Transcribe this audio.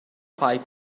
pipe